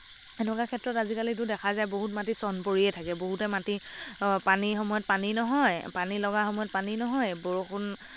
এনেকুৱা ক্ষেত্ৰত আজিকালিটো দেখা যায় বহুত মাটি চন পৰিয়েই থাকে বহুতে মাটি পানীৰ সময়ত পানী নহয় পানী লগা সময়ত পানী নহয় বৰষুণ